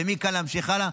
ומכאן להמשיך הלאה.